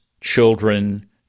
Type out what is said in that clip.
children